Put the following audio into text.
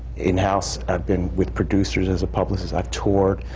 in-house. i've been with producers as a publicist. i've toured.